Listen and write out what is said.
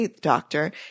Doctor